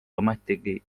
ometigi